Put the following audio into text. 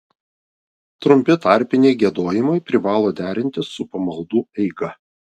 trumpi tarpiniai giedojimai privalo derintis su pamaldų eiga